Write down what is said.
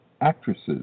actresses